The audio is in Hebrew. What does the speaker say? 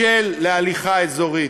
אני חייב לומר שהיום האזור בשל להליכה אזורית.